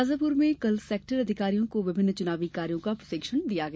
शाजापुर में कल सेक्टर अधिकारियों को विभिन्न चुनावी कार्यो का प्रशिक्षण दिया गया